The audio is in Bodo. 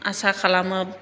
आसा खालामो